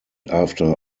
after